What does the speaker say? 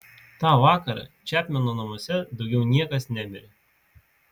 tą vakarą čepmeno namuose daugiau niekas nemirė